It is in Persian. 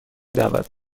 دعوت